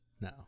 No